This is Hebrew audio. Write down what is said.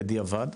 בדיעבד.